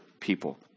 people